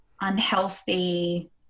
unhealthy